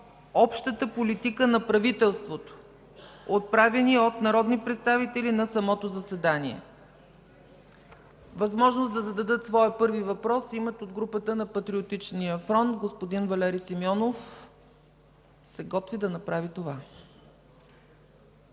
общата политика на правителството, отправени от народни представители на самото заседание”. Възможност да зададат своя първи въпрос имат от групата на Патриотичния фронт. Господин Валери Симеонов се готви да направи това.